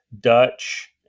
Dutch